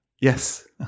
Yes